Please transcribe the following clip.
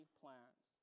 plans